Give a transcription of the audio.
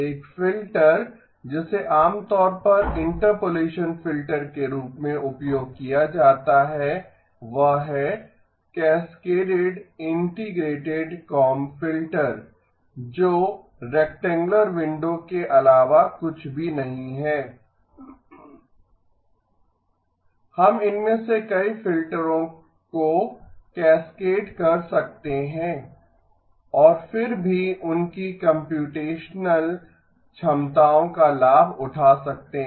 एक फिल्टर जिसे आमतौर पर इंटरपोलेशन फिल्टर के रूप में उपयोग किया जाता है वह है कैस्केड इंटीग्रेटेड काम्ब फिल्टर जो रेक्टैंगुलर विंडो के अलावा कुछ भी नहीं है H 1 z−1z−M −1 हम इनमें से कई फिल्टरों को कैस्केड कर सकते हैं और फिर भी उनकी कम्प्यूटेशनल क्षमताओ का लाभ उठा सकते हैं